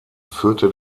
führte